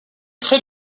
très